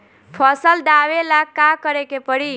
फसल दावेला का करे के परी?